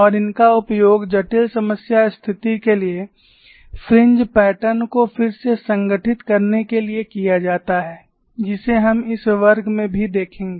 और इनका उपयोग जटिल समस्या स्थिति के लिए फ्रिंज पैटर्न को फिर से संगठित करने के लिए किया जाता है जिसे हम इस वर्ग में भी देखेंगे